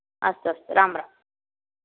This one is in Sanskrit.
अस्तु अस्तु राम्राम्